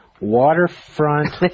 waterfront